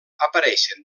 apareixen